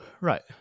Right